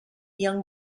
young